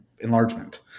enlargement